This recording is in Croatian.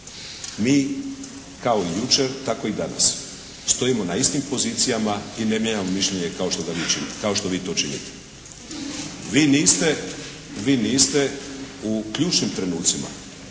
Mi kao i jučer, tako i danas. Stojimo na istim pozicijama i ne mijenjamo mišljenje kao što vi to činite. Vi niste u ključnim trenucima